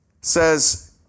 says